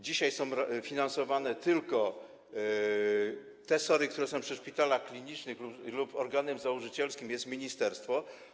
Dzisiaj są finansowane tylko te SOR-y, które są przy szpitalach klinicznych lub ich organem założycielskim jest ministerstwo.